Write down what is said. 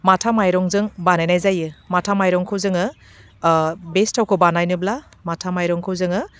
माथा माइरंजों बानायनाय जायो माथा माइरंखौ जोङो बे सिथावखौ बानायनोब्ला माथा माइरंखौ जोङो